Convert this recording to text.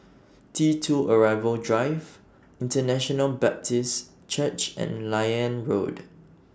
T two Arrival Drive International Baptist Church and Liane Road